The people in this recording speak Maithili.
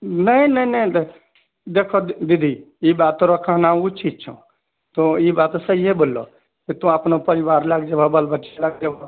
नहि नहि नहि तऽ देखऽ दीदी ई बात तोरा कहना उचित छह तों ई बात सहिए बोललो तू अपना परिवार लए कऽ जेबहऽ बाल बच्चा लए कऽ जेबहऽ